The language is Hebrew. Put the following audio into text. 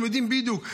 הם יודעים בדיוק.